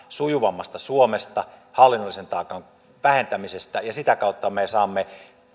sujuvammasta suomesta hallinnollisen taakan vähentämisestä ja sitä kautta me saamme